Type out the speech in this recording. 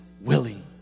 willing